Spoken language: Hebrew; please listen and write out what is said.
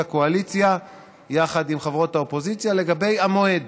הקואליציה יחד עם חברות האופוזיציה לגבי המועד.